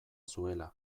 zuela